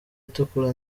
itukura